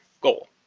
goal